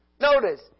Notice